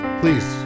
please